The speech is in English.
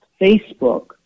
Facebook